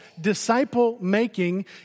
disciple-making